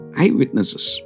eyewitnesses